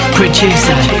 producer